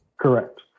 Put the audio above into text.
Correct